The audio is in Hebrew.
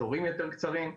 תורים יותר קצרים,